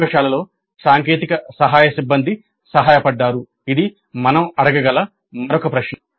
"ప్రయోగశాలలో సాంకేతిక సహాయక సిబ్బంది సహాయపడ్డారు" ఇది మనం అడగగల మరో ప్రశ్న